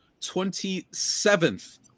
27th